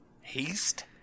Haste